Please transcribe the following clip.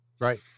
right